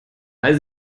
weil